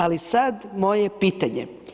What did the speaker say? Ali sad moje pitanje.